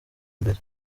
imbere